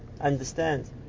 understand